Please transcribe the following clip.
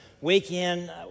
weekend